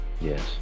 yes